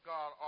God